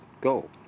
go